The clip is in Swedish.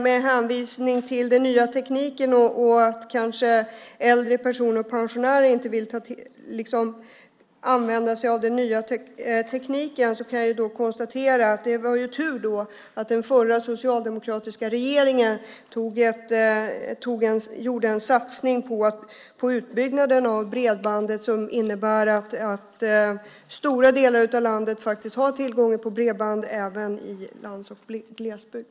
Med hänvisning till den nya tekniken och att äldre personer och pensionärer inte vill använda sig av den nya tekniken kan jag konstatera att det är tur att den förra socialdemokratiska regeringen gjorde en satsning på utbyggnad av bredband. Det innebär att stora delar av landet har tillgång till bredband - även i lands och glesbygd.